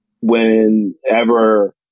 Whenever